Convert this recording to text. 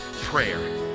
prayer